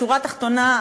שורה תחתונה,